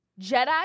Jedi